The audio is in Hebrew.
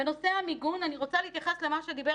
בנושא המיגון אני רוצה להתייחס למה שדיבר